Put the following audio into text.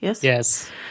Yes